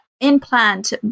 implant